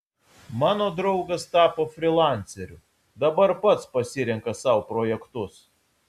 mano draugas tapo frylanceriu dabar pats pasirenka sau projektus